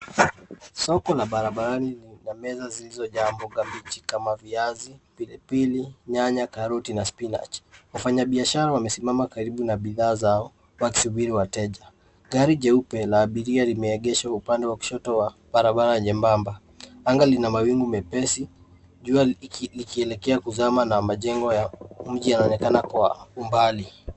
Soko la barabarani lina meza zilizojaa mboga mbichi kama viazi, pilipili, nyanya, karoti na spinach .Wafanyabiashara wamesimama karibu na bidhaa zao, wakisubiri wateja. Gari jeupe la abiria limeegeshwa upande wa kushoto wa barabara nyembamba. Anga lina mawingu meepesi, jua likielekea kuzama na majengo ya mji yanaonekana kwa umbali.